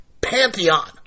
pantheon